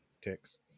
Ticks